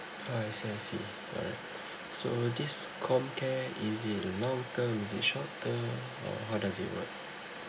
oh I see I see alright so this comcare is it long term is it short term or how does it work